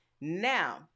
Now